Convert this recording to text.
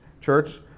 church